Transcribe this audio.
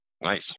nice